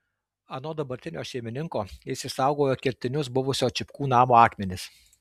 anot dabartinio šeimininko jis išsaugojo kertinius buvusio čipkų namo akmenis